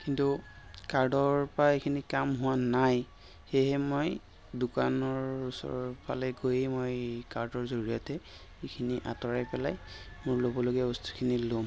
কিন্তু কাৰ্ডৰ পৰা এইখিনি কাম হোৱা নাই সেয়েহে মই দোকানৰ ওচৰৰ ফালে গৈয়ে মই কাৰ্ডৰ জৰিয়তে এইখিনি আঁতৰাই পেলাই মোৰ ল'বলগীয়া বস্তুখিনি ল'ম